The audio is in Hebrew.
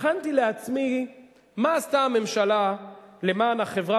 בחנתי לעצמי מה עשתה הממשלה למען החברה